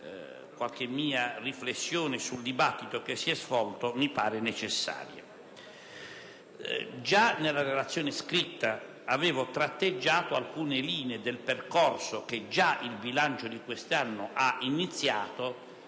del mio parere e sul dibattito che si è svolto mi sembra necessaria. Nella relazione scritta avevo tratteggiato alcune linee del percorso che già il bilancio di quest'anno ha iniziato